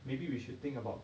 maybe we should think about